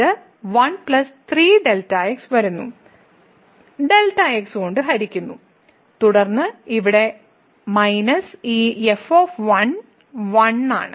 ഇത് 1 3Δ x വരുന്നു Δ x കൊണ്ട് ഹരിക്കുന്നു തുടർന്ന് ഇവിടെ മൈനസ് ഈ f 1 ആണ്